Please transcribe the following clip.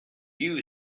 you